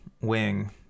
wing